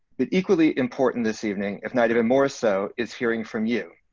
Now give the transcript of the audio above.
the equally important this evening, if not even more so, is hearing from you,